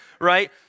right